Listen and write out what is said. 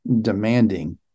demanding